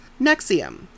Nexium